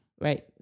right